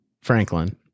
Franklin